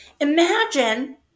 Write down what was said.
Imagine